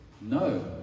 No